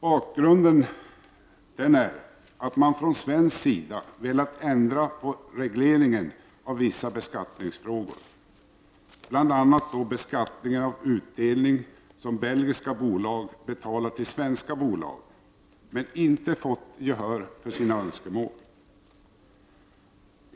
Bakgrunden är att man från svensk sida velat ändra på regleringen av vissa beskattningsfrågor, bl.a. beskattningen av utdelning som belgiska bolag betalar till svenska bolag, men inte fått gehör för sina önskemål.